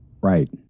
right